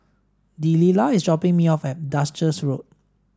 Delila is dropping me off at Duchess Road